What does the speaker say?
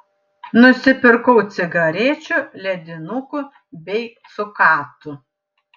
nusipirkau cigarečių ledinukų bei cukatų